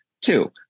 Two